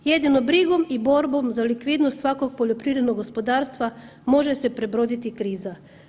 Jedino brigom i borbom za likvidnost svakog poljoprivrednog gospodarstva može se prebroditi kriza.